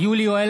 יולי יואל